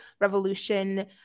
Revolution